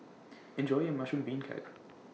Enjoy your Mushroom Beancurd